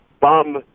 bum